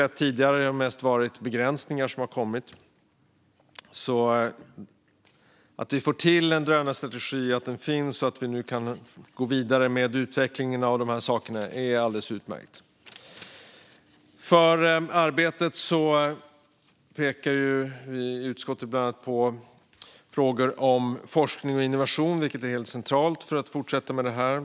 Tidigare har vi mest sett begränsningar, så att vi får till en drönarstrategi och att utvecklingen av dessa saker nu kan gå vidare är alldeles utmärkt. För arbetet pekar vi i utskottet bland annat på frågor om forskning och innovation, vilket är helt centralt för att fortsätta med detta.